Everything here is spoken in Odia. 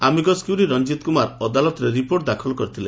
ଆମିକସକ୍ୟୁରୀ ରଂଜିତ କୁମାର ଅଦାଲତରେ ରିପୋର୍ଟ ଦାଖଲ କରିଥିଲେ